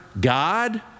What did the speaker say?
God